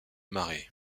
mare